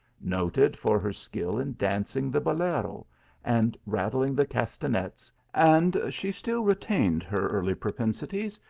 noted for her skill in dancing the beteto and rattling the castanets, and she still retained her early propensities,